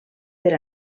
per